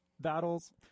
battles